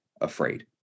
afraid